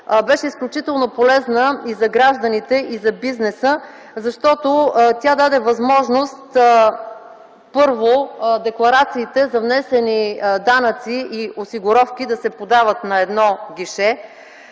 беше изключително полезна и за гражданите, и за бизнеса, защото тя даде възможност – първо, декларациите за внесени данъци и осигуровки да се подават на едно гише.